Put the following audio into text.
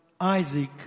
Isaac